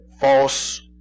false